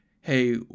hey